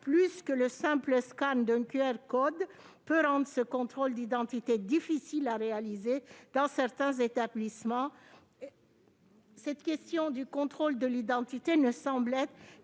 plus lourd que le scan d'un QR code, qui peut le rendre difficile à réaliser dans certains établissements. Cette question du contrôle de l'identité ne semble être